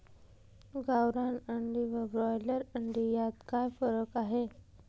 गावरान अंडी व ब्रॉयलर अंडी यात काय फरक आहे?